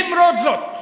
למרות זאת,